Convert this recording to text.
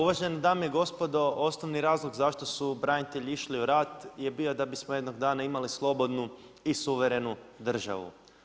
Uvažene dame i gospodo osnovni razlog zašto su branitelji išli u rat je bio da bismo jednog dana imali slobodnu i suverenu državu.